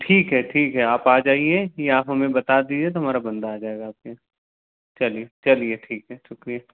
ठीक है ठीक है आप आ जाइए कि आप हमें बता दीजिए तो हमारा बंदा आ जाएगा आपके चलिए चलिए ठीक है शुक्रिया